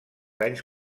anys